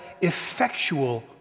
effectual